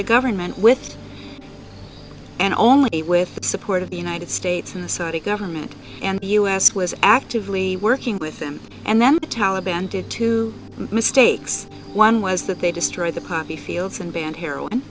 a government with an only a with the support of the united states and the saudi government and the us was actively working with them and then the taliban did two mistakes one was that they destroyed the poppy fields and banned heroin